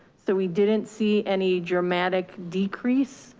so we didn't see any dramatic decrease,